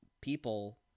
people